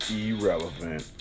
irrelevant